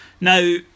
now